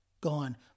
gone